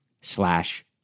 slash